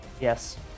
Yes